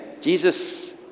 Jesus